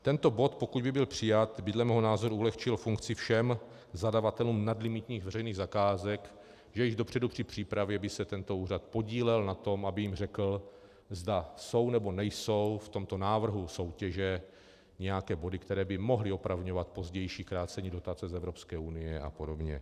Tento bod, pokud by byl přijat, by dle mého názoru ulehčil funkci všem zadavatelům nadlimitních veřejných zakázek, že již dopředu při přípravě by se tento úřad podílel na tom, aby jim řekl, zda jsou, nebo nejsou v tomto návrhu soutěže nějaké body, které by mohly opravňovat pozdější krácení dotace z Evropské unie a podobně.